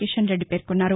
కిషన్రెడ్డి పేర్కొన్నారు